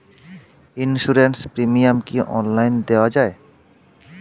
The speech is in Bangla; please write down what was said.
ইন্সুরেন্স প্রিমিয়াম কি অনলাইন দেওয়া যায়?